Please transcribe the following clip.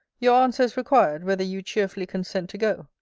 your answer is required, whether you cheerfully consent to go?